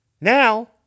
Now